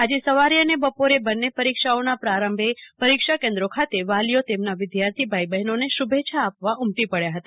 આજે સવારે અને બપોરે બંને પરીક્ષાઓનો પ્રારંભ પરીક્ષા કેન્દ્રો ખાતે વાલીઓ તેમના વિદ્યાર્થી ભાઈ બહેનોને શૂભેચ્છા આપવા ઉમટી પડ્યા હતા